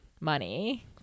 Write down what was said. money